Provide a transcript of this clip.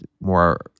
more